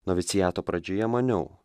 noviciato pradžioje maniau